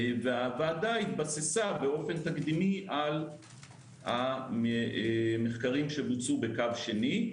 הוועדה התבססה באופן תקדימי על המחקרים שבוצעו בקו שני,